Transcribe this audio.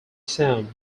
sound